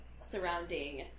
surrounding